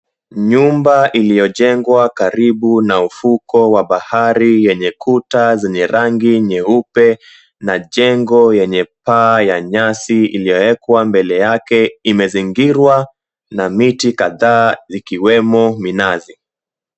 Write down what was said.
Nyumba iliojengwa karibu na ufuko wa bahari yenye kuta wa rangi nyeupe na jengo yenye paa ya nyasi iliokwa mbele yake imezingirwa na miti kadhaa ikiwemo minazi.